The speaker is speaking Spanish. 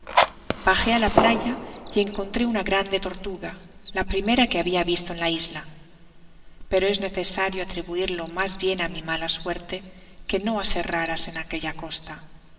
bajé á la playa y encontré una grande tortuga la primera que habia visto en la isla pero es necesario atribuirlo mas bien á mi mala suerte que no á ser raras en aquella costa